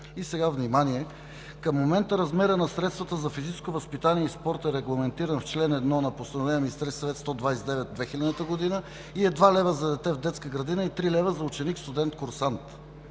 И сега внимание: „Към момента размерът на средствата за физическо възпитание и спорт е регламентиран в чл. 1 на Постановление на Министерския съвет, № 129/2000 г. и е 2 лв. за дете в детска градина и 3 лв. за ученик, студент, курсант